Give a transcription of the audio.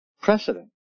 precedent